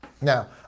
Now